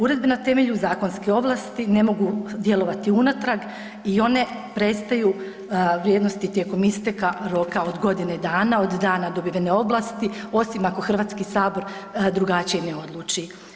Uredbe na temelju zakonske ovlasti ne mogu djelovati unatrag i one prestaju vrijednosti tijekom isteka roka od godine dana od dana dobivene ovlasti osim ako HS drugačije ne odluči.